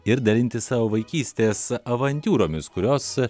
ir dalintis savo vaikystės avantiūromis kurios